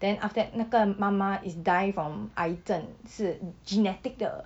then after that 那个妈妈 is die from 癌症是 genetic 的